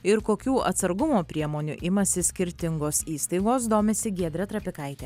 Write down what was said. ir kokių atsargumo priemonių imasi skirtingos įstaigos domisi giedrė trapikaitė